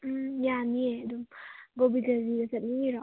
ꯎꯝ ꯌꯥꯅꯤꯌꯦ ꯑꯗꯨꯝ ꯒꯣꯕꯤꯟꯗꯒꯤꯗ ꯆꯠꯅꯤꯡꯉꯤꯔꯣ